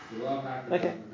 Okay